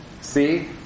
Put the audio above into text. See